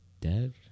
dead